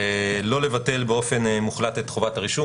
לא לבטל באופן מוחלט את חובת הרישום,